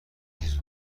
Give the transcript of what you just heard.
ریز